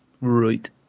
Right